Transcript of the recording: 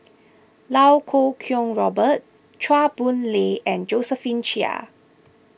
Iau Kuo Kwong Robert Chua Boon Lay and Josephine Chia